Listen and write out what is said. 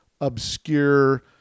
obscure